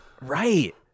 Right